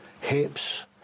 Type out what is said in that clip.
hips